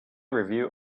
review